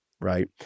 right